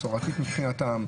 מסורתית מבחינתם,